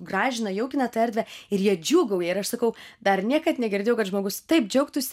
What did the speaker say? gražina jaukina tą erdvę ir jie džiūgauja ir aš sakau dar niekad negirdėjau kad žmogus taip džiaugtųs